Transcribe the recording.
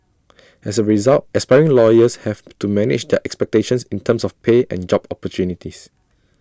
as A result aspiring lawyers have to manage their expectations in terms of pay and job opportunities